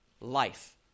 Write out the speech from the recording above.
life